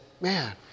man